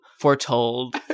foretold